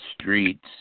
streets